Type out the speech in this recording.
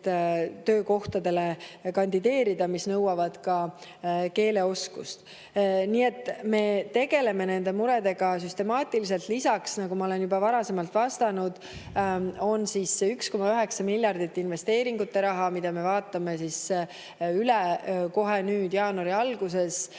töökohtadele, mis nõuavad eesti keele oskust. Nii et me tegeleme nende muredega süstemaatiliselt. Lisaks, nagu ma olen juba varem öelnud, on meil 1,9 miljardit investeeringute raha. Me vaatame selle üle kohe nüüd jaanuari alguses